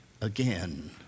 Again